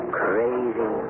crazy